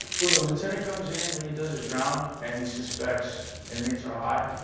when the lieutenant comes in, when he does his round, and he suspects inmates are high,